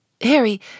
Harry